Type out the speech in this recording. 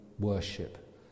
worship